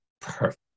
Perfect